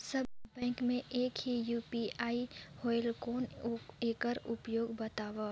सब bank मे एक ही यू.पी.आई होएल कौन एकर उपयोग बताव?